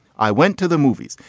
i went to the movies.